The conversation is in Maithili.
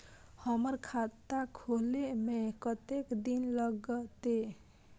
हमर खाता खोले में कतेक दिन लगते?